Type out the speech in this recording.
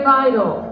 vital